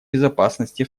безопасности